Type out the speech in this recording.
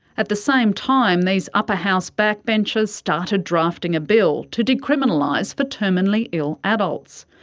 at the same time these upper house backbenchers started drafting a bill to decriminalise for terminally ill adults.